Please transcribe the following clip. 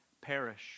perish